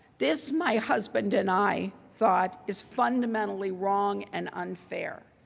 this my husband and i thought is fundamentally wrong and unfair,